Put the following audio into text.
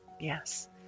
Yes